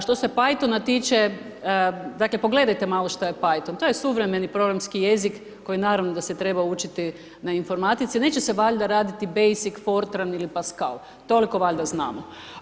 Što se paytona tiče, dakle, pogledajte malo što je payton, to je suvremeni programski jezik koji, naravno, da se treba učiti na informatici, neće se valjda raditi basic, fortran ili pascal, toliko valjda znamo.